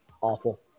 awful